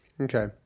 Okay